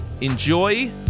enjoy